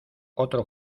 otro